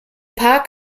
park